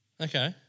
Okay